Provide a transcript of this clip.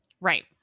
Right